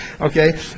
Okay